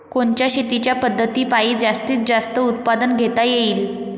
कोनच्या शेतीच्या पद्धतीपायी जास्तीत जास्त उत्पादन घेता येईल?